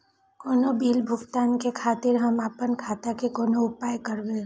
कोनो बील भुगतान के खातिर हम आपन खाता के कोना उपयोग करबै?